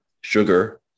sugar